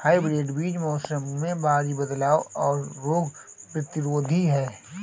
hybrid बीज मौसम में भारी बदलाव और रोग प्रतिरोधी हैं